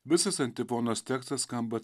visas antifonos tekstas skamba